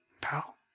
pal